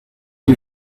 you